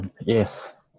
yes